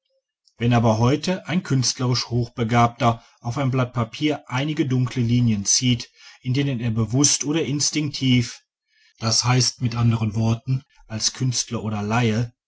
wenn aber heute ein künstle risch hochbegabter auf ein blatt papier einige dunkle linien zieht in denen er bewußt oder instinktiv d h mit anderen worten als künstler oder laie